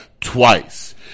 twice